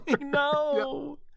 No